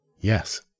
yes